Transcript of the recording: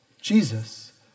Jesus